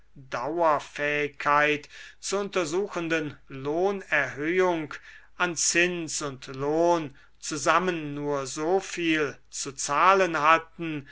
dauerfähigkeit zu untersuchenden lohnerhöhung an zins und lohn zusammen nur so viel zu zahlen hatten